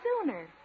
sooner